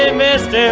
and mist yeah